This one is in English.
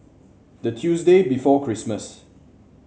the Tuesday before Christmas